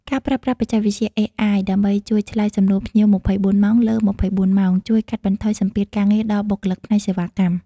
ការប្រើប្រាស់បច្ចេកវិទ្យា AI ដើម្បីជួយឆ្លើយសំណួរភ្ញៀវ ២៤ ម៉ោងលើ ២៤ ម៉ោង ជួយកាត់បន្ថយសម្ពាធការងារដល់បុគ្គលិកផ្នែកសេវាកម្ម។